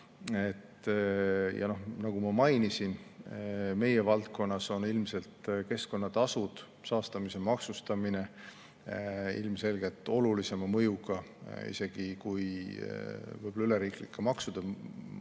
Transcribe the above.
Nagu ma mainisin, meie valdkonnas on ilmselt keskkonnatasud, see saastamise maksustamine isegi olulisema mõjuga kui võib-olla üleriiklike maksude muutumine.